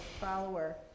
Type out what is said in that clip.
follower